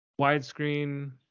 widescreen